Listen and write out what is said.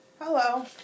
hello